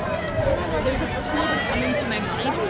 that's so good. there's a tool that's coming to my mind.